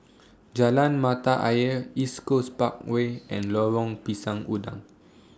Jalan Mata Ayer East Coast Parkway and Lorong Pisang Udang